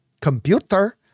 Computer